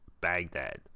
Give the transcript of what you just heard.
Baghdad